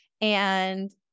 And-